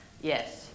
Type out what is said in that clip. yes